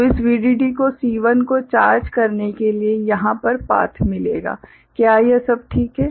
तो इस VDD को C1 को चार्ज करने के लिए यहाँ पर पाथ मिलेगा क्या यह सब ठीक है